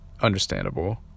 understandable